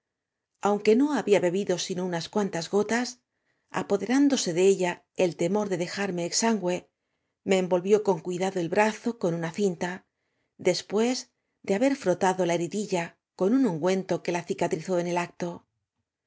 aunque no había bebido sino unas cuantas gotas apoderándose de ella ei temor de darm e exangüe me envolvió con cuidado ei brazo con una cinta después de ha ber frotado a heridillacon un ungüento que la cicatrizó en el acto